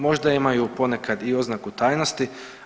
Možda imaju ponekad i oznaku tajnosti.